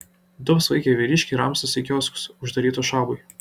du apsvaigę vyriškiai ramstosi į kioskus uždarytus šabui